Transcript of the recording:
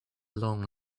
long